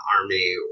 Army